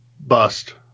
Bust